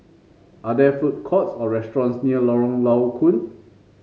are there food courts or restaurants near Lorong Low Koon